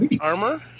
armor